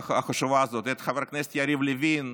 החשובה הזאת: את חבר הכנסת יריב לוין,